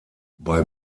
bei